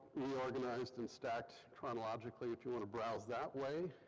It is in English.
reorganized and stacked chronologically, if you want to browse that way